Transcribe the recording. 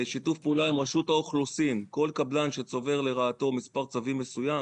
שיתוף פעולה עם רשות האוכלוסין: כל קבלן שצובר לרעתו מספר צווים מסוים